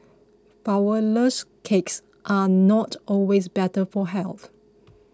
Flourless Cakes are not always better for health